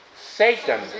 Satan